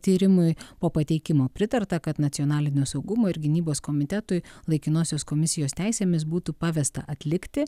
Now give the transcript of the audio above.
tyrimui po pateikimo pritarta kad nacionalinio saugumo ir gynybos komitetui laikinosios komisijos teisėmis būtų pavesta atlikti